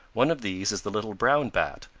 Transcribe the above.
one of these is the little brown bat,